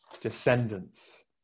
descendants